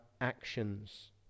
actions